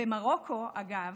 במרוקו, אגב,